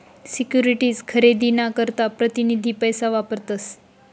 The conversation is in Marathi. सिक्युरीटीज खरेदी ना करता प्रतीनिधी पैसा वापरतस